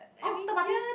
orh third party